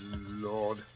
Lord